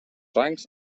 rangs